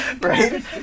Right